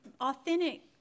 authentic